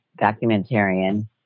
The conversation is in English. documentarian